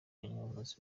umuzi